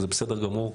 וזה בסדר גמור,